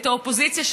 את האופוזיציה,